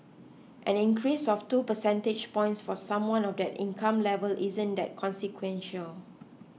an increase of two percentage points for someone of that income level isn't that consequential